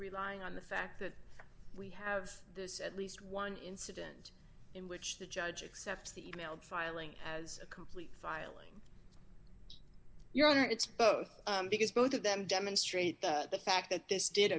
relying on the fact that we have this at least one incident in which the judge accept the emailed filing as a complete filing your honor it's both because both of them demonstrate that the fact that this did